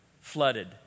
flooded